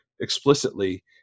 explicitly